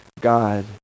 God